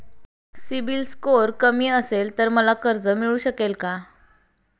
CIBIL score कमी असेल तर मला कर्ज मिळू शकेल का?